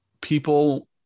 people